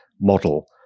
model